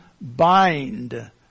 bind